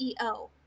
CEO